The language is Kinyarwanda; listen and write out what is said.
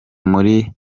muri